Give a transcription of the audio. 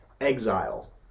exile